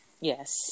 Yes